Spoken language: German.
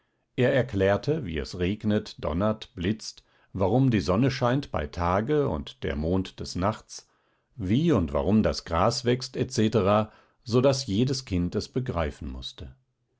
er erklärte wie es regnet donnert blitzt warum die sonne scheint bei tage und der mond des nachts wie und warum das gras wächst etc so daß jedes kind es begreifen mußte